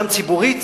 גם ציבורית